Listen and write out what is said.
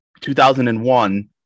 2001